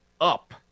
up